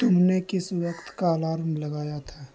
تم نے کس وقت کا الارم لگایا تھا